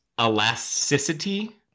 elasticity